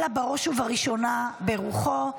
אלא בראש ובראשונה ברוחו,